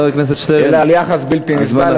אלא על יחס בלתי נסבל,